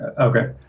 okay